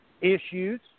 issues